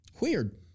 Weird